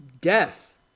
death